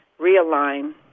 realign